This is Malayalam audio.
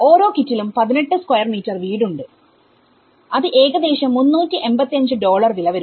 ഓരോ കിറ്റിലും 18 സ്ക്വയർ മീറ്റർവീട് ഉണ്ട് അതിന് ഏകദേശം 385 ഡോളർ വില വരും